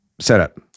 setup